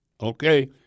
Okay